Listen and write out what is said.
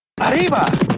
Arriba